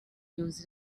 used